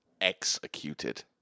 executed